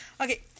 Okay